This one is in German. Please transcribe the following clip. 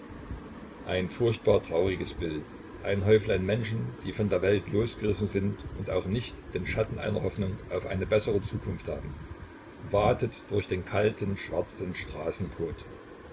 ein furchtbar trauriges bild ein häuflein menschen die von der welt losgerissen sind und auch nicht den schatten einer hoffnung auf eine bessere zukunft haben watet durch den kalten schwarzen